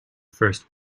first